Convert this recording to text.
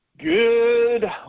Good